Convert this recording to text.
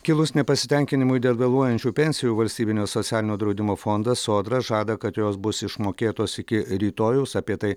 kilus nepasitenkinimui dėl vėluojančių pensijų valstybinio socialinio draudimo fondas sodra žada kad jos bus išmokėtos iki rytojaus apie tai